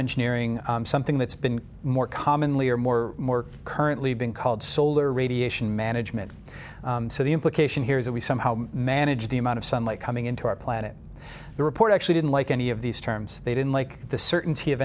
engineering something that's been more commonly or more more currently being called solar radiation management so the implication here is that we somehow manage the amount of sunlight coming into our planet the report actually didn't like any of these terms they didn't like the certainty of